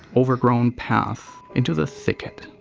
overgrown path into the thicket.